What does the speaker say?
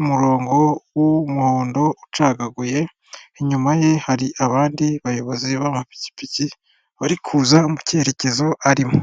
umurongo w'umuhondo ucagaguye inyuma ye hari abandi bayobozi b'amakipiki bari kuza mu cyerekezo arimo.